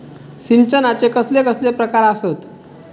सिंचनाचे कसले कसले प्रकार आसत?